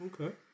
Okay